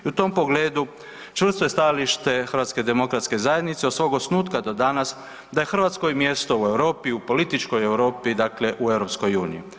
I u tom pogledu čvrsto je stajalište HDZ-a od svog osnutka do danas da je Hrvatskoj mjesto u Europi, u političkoj Europi, dakle u EU.